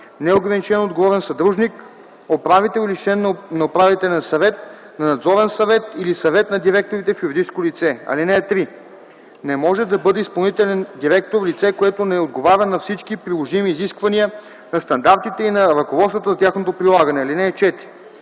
неограничено отговорен съдружник, управител или член на управителен съвет, на надзорен съвет или на съвет на директорите в юридическо лице. (3) Не може да бъде изпълнителен директор лице, което не отговаря на всички приложими изисквания на стандартите и на ръководствата за тяхното прилагане. (4)